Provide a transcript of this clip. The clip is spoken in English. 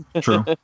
true